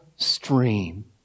Stream